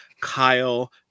Kyle